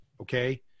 Okay